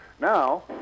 Now